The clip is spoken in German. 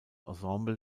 ensemble